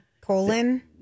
colon